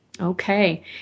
Okay